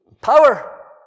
Power